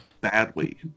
badly